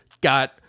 got